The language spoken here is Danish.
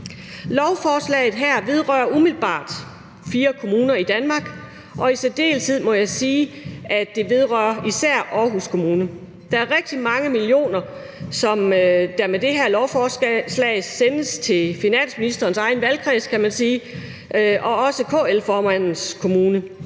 Lovforslaget her vedrører umiddelbart 4 kommuner i Danmark, og jeg må sige, at det især vedrører Aarhus Kommune. Der er rigtig mange millioner, som der med det her lovforslag sendes til finansministerens egen valgkreds, kan man sige, og også KL-formandens kommune,